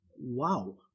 Wow